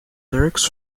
lyrics